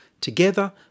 Together